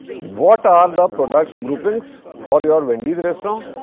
what are the product groupings for your wendy's restaurant?